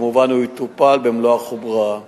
כמובן הוא יטופל במלוא החומרה.